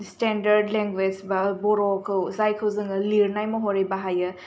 standard languages बर'खौ जायखौ जोङो लिरनाय महरै बाहायो